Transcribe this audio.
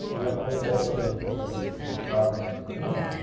linda also was the critic for the chicago tribune.